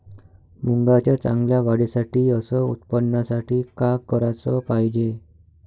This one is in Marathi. मुंगाच्या चांगल्या वाढीसाठी अस उत्पन्नासाठी का कराच पायजे?